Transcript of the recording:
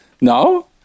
No